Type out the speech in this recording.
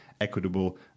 equitable